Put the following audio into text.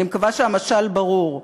אני מקווה שהמשל ברור.